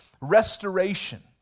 restoration